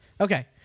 Okay